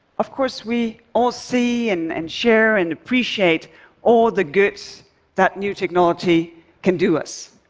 of course, we all see and and share and appreciate all the good that new technology can do us.